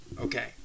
Okay